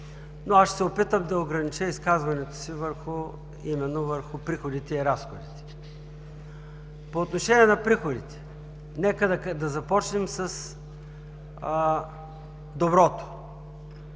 но аз ще се опитам да ограничи изказването си именно върху приходите и разходите. По отношение на приходите – нека да започнем с доброто.